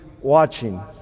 watching